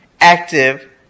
active